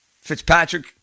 Fitzpatrick